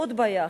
עוד בעיה אחת,